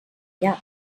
llac